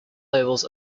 labels